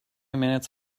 minutes